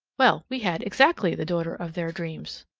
well, we had exactly the daughter of their dreams,